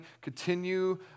continue